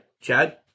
Chad